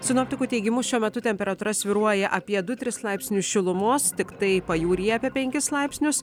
sinoptikų teigimu šiuo metu temperatūra svyruoja apie du tris laipsnius šilumos tiktai pajūryje apie penkis laipsnius